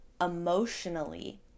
emotionally